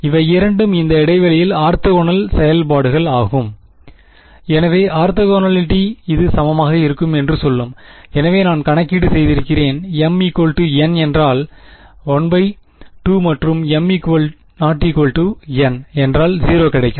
இவை இரண்டும் இந்த இடைவெளியில் ஆர்த்தோகனல் செயல்பாடுகள் ஆகும் எனவே ஆர்த்தோகனாலிட்டி இது சமமாக இருக்கும் என்று சொல்லும் எனவே நான் கணக்கீடு செய்திருக்கிறேன் m n என்றால் l 2 மற்றும் m n என்றால் 0 கிடைக்கும்